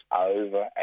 over